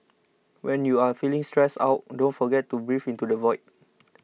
when you are feeling stressed out don't forget to breathe into the void